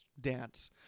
dance